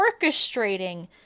orchestrating